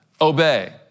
obey